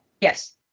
Yes